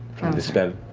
the spell?